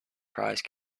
prize